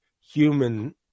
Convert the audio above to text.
human